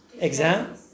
exam